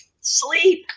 Sleep